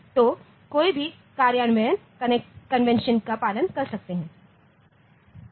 तो कोई भी कार्यान्वयन कन्वेंशनका पालन कर सकता है